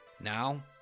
Now